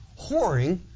whoring